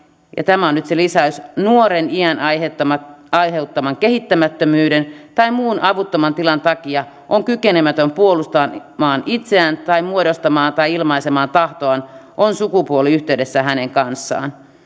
ja tämä on nyt se lisäys nuoren iän aiheuttaman kehittymättömyyden tai muun avuttoman tilan takia on kykenemätön puolustamaan itseään tai muodostamaan tai ilmaisemaan tahtoaan on sukupuoliyhteydessä hänen kanssaan